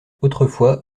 autrefois